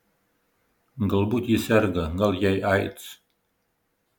galbūt ji serga gal jai aids